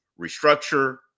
restructure